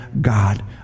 God